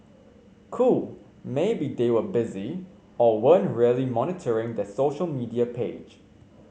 cool maybe they were busy or weren't really monitoring their social media page